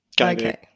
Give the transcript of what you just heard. Okay